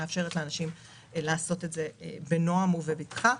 זה מאפשר לאנשים לעשות את זה בנועם ובבטחה.